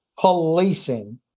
policing